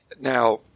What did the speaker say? Now